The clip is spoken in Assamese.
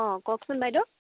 অঁ কওকচোন বাইদেউ